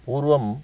पूर्वम्